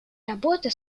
работы